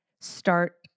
start